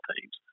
teams